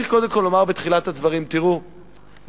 בתחילת הדברים צריך קודם כול לומר,